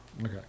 Okay